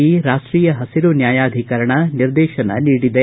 ರಾಷ್ವೀಯ ಹಸಿರು ನ್ಯಾಯಾಧಿಕರಣ ನಿರ್ದೇಶನ ನೀಡಿದೆ